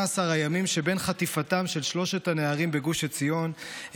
הימים שמחטיפתם של שלושת הנערים בגוש עציון,